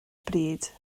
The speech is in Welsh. bryd